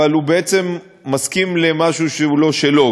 אבל הוא בעצם מסכים למשהו שהוא לא שלו,